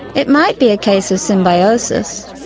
it might be a case of symbiosis.